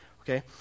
okay